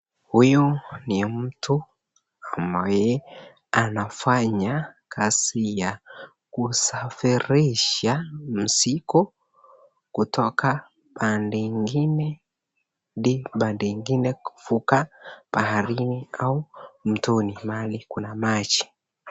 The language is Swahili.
Huyu ni mtu ambaye anafanya kazi ya kusafisha mizigo kutoka upande ingine hadi upande ingine kufuka baharini au mtoni pahali kuna maji.